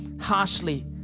harshly